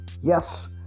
Yes